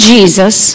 Jesus